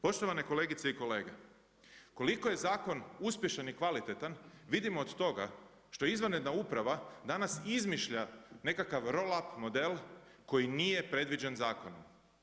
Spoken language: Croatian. Poštovane kolegice i kolege, koliko je zakon uspješan i kvalitetan vidimo od toga što izvanredna uprava danas izmišlja nekakav Roll upp model koji nije predviđen zakonom.